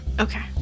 Okay